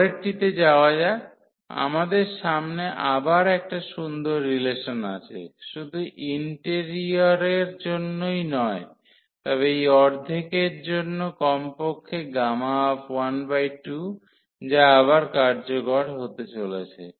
পরেরটিতে যাওয়া যাক আমাদের সামনে আবার একটা সুন্দর রিলেশন আছে শুধু ইন্টেরিয়রের জন্যই নয় তবে এই অর্ধেকের জন্য কমপক্ষে 12 যা আবার কার্যকর হতে চলেছে